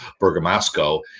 Bergamasco